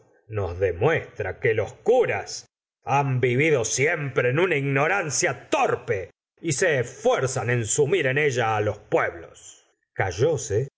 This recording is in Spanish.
nos demuestra que los curas han vivido siempre en una ignorancia torpe y se esfuerzan en sumir en ella los pueblos